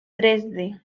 dresde